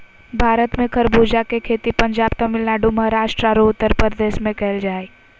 भारत में खरबूजा के खेती पंजाब, तमिलनाडु, महाराष्ट्र आरो उत्तरप्रदेश में कैल जा हई